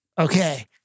Okay